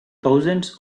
thousands